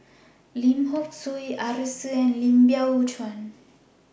Lim Seok Hui Arasu and Lim Biow Chuan